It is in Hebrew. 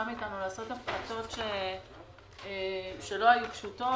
מאיתנו לעשות הפחתות שלא היו פשוטות,